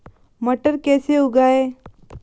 मटर कैसे उगाएं?